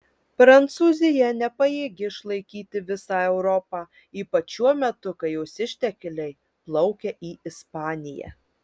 prancūzija nepajėgi išlaikyti visą europą ypač šiuo metu kai jos ištekliai plaukia į ispaniją